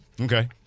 Okay